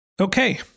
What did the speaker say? Okay